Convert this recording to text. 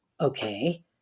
Okay